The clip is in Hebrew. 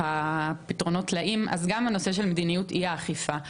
ופתרונות טלאים, כך גם בנושא של מדיניות אי-אכיפה.